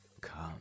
come